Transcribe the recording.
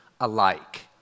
alike